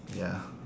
ya